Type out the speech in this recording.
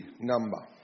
number